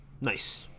Nice